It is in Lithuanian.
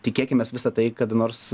tikėkimės visa tai kadanors